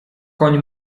koń